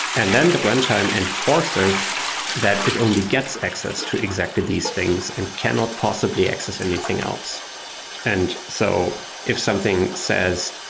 and then the runtime enforces that it only gets access to exactly these things and cannot possibly access anything else and so, if something says,